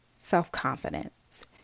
self-confidence